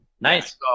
Nice